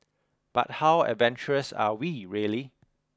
but how adventurous are we really